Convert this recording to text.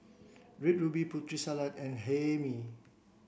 Red Ruby Putri Salad and Hae Mee